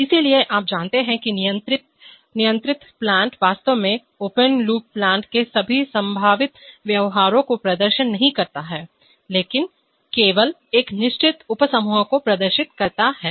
इसलिए आप जानते हैं कि नियंत्रित प्लांट वास्तव में है ओपन लूप प्लांट के सभी संभावित व्यवहार को प्रदर्शित नहीं करता हैलेकिन केवल एक निश्चित उपसमूह को प्रदर्शित करता है